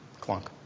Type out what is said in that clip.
Clunk